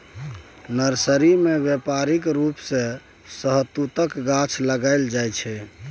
nursery मे बेपारिक रुप सँ शहतुतक गाछ लगाएल जाइ छै